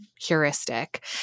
heuristic